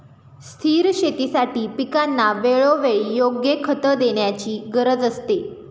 स्थिर शेतीसाठी पिकांना वेळोवेळी योग्य खते देण्याची गरज असते